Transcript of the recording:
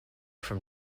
from